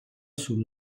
sul